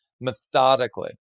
methodically